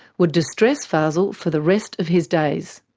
would distress fazel for the rest of his days.